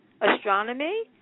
Astronomy